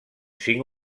cinc